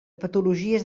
patologies